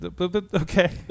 Okay